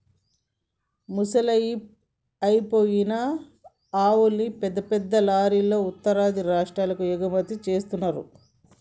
ముసలయ్యి అయిపోయిన ఆవుల్ని పెద్ద పెద్ద లారీలల్లో ఉత్తరాది రాష్టాలకు ఎగుమతి జేత్తన్నరు